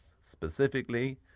specifically